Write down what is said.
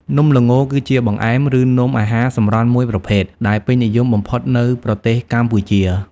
នំល្ង គឺជាបង្អែម ឬនំអាហារសម្រន់មួយប្រភេទ ដែលពេញនិយមបំផុតនៅប្រទេសកម្ពុជា។